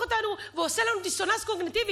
אותנו ועושה לנו דיסוננס קוגניטיבי,